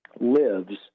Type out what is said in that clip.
lives